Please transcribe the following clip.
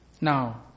Now